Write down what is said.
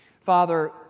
Father